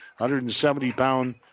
170-pound